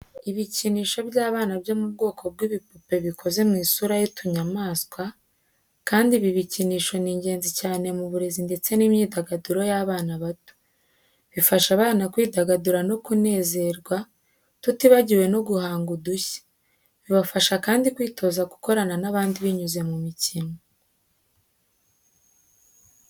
Ibikinisho by’abana byo mu bwoko bw'ibipupe bikoze mu isura y'utunyamaswa, kandi ibi bikinisho ni ingenzi cyane mu burezi ndetse n’imyidagaduro y’abana bato. Bifasha abana kwidagadura no kunezerwa, tutibagiwe no guhanga udushya. Bibafasha kandi kwitoza gukorana n’abandi binyuze mu mikino.